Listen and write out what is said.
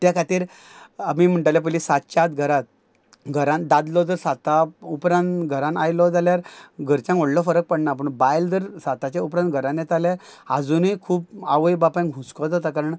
त्या खातीर आमी म्हणटाले पयलीं सातचे आत घरात घरान दादलो जर साता उपरांत घरान आयलो जाल्यार घरच्यांक व्हडलो फरक पडना पूण बायल जर साताच्या उपरांत घरान येता जाल्या आजुनूय खूप आवय बापायंक हुस्को जाता कारण